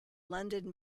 london